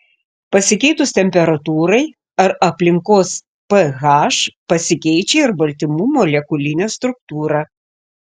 pasikeitus temperatūrai ar aplinkos ph pasikeičia ir baltymų molekulinė struktūra